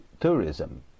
tourism